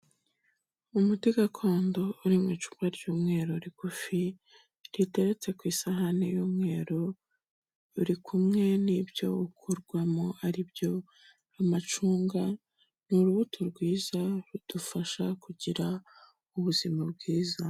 Umuti gakondo uri mu icupa ry'umweru rigufi, riteretse ku isahani y'umweru, uri kumwe n'ibyo ukorwamo ari byo amacunga, ni urubuto rwiza rudufasha kugira ubuzima bwiza.